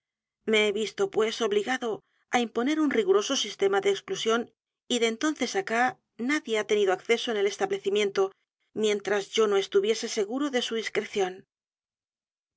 me h e visto pues obligado á imponer un riguroso sistema de exclusión y de entonces acá nadie ha tenido acceso en el establecimiento mientras yo no estuviese seguro de su discreción